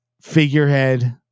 figurehead